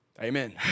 Amen